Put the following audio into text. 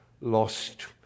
lost